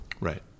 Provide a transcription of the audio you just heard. Right